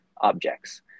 objects